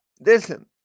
listen